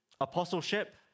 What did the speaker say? apostleship